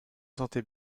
sentez